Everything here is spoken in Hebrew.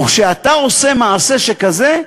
וכשאתה עושה מעשה כזה,